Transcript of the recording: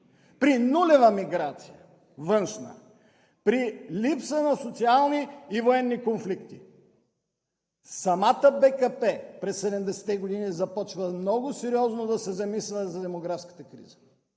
при нулева миграция, външна, при липса на социални и военни конфликти! Самата БКП през 70-те години започва много сериозно да се замисля за демографската криза